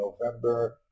November